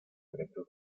derecho